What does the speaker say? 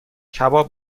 کباب